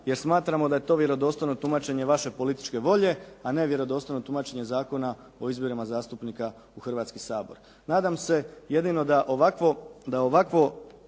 jer smatramo da je to vjerodostojno tumačenje vaše političke volje, a ne vjerodostojno tumačenje Zakona o izborima zastupnika u Hrvatski sabor.